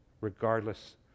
Regardless